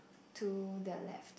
to the left